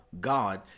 God